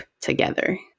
together